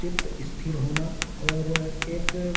चित्त स्थिर होना और एक